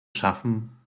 schaffen